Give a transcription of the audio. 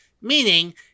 Meaning